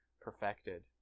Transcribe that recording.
perfected